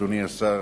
אדוני השר,